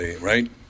Right